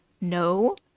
no